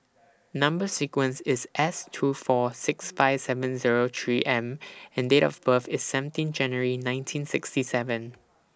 Number sequence IS S two four six five seven Zero three M and Date of birth IS seventeen January nineteen sixty seven